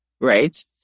Right